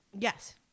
Yes